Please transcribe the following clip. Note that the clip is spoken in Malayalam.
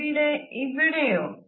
എവിടെ ഇവിടെയോ